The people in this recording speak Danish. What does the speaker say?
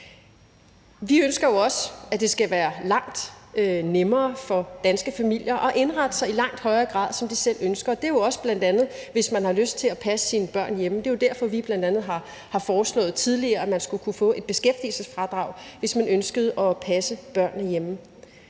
Vi ønsker jo også, at det skal være langt nemmere for danske familier at indrette sig i langt højere grad, som de selv ønsker. Det er jo også bl.a., hvis man har lyst til at passe sine børn hjemme. Det er jo derfor, at vi bl.a. tidligere har foreslået, at man skulle kunne få et beskæftigelsesfradrag, hvis man ønskede at passe børnene hjemme.